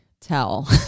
tell